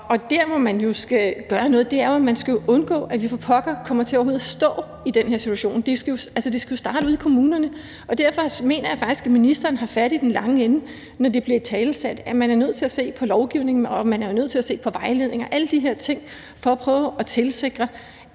Der, hvor vi jo skal gøre noget, er, at vi skal undgå, at vi for pokker kommer til overhovedet at stå i den her situation. Det skal jo starte ude i kommunerne. Derfor mener jeg faktisk, at ministeren har fat i den lange ende, når det bliver italesat, at man er nødt til at se på lovgivningen og man er nødt til at se på vejledningen og alle de her ting for at prøve at tilsikre,